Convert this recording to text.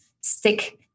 stick